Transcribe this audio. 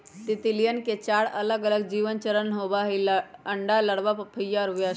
तितलियवन के चार अलगअलग जीवन चरण होबा हई अंडा, लार्वा, प्यूपा और वयस्क